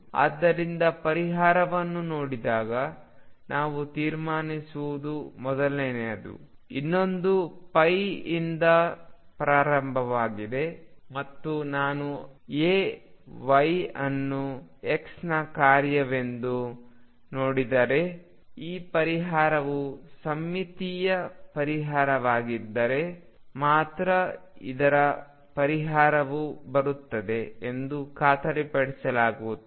ಆದ್ದರಿಂದ ಪರಿಹಾರವನ್ನು ನೋಡಿದಾಗ ನಾವು ತೀರ್ಮಾನಿಸುವುದು ಮೊದಲನೆಯದು ಇನ್ನೊಂದು ಇಂದ ಪ್ರಾರಂಭವಾಗುತ್ತದೆ ಮತ್ತು ನಾನು ಆ y ಅನ್ನು x ನ ಕಾರ್ಯವೆಂದು ನೋಡಿದರೆ ಈ ಪರಿಹಾರವು ಸಮ್ಮಿತೀಯ ಪರಿಹಾರವಾಗಿದ್ದರೆ ಮಾತ್ರ ಇತರ ಪರಿಹಾರವು ಬರುತ್ತದೆ ಎಂದು ಖಾತರಿಪಡಿಸಲಾಗುತ್ತದೆ